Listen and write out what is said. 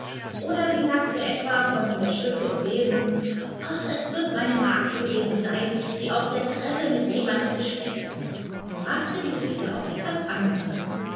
oder sie sagte etwa von der schippe und besen es wird meine magd gewesen seyn die auf der treppe mit jemand geschwätzt und brachte die rede auf etwas anderes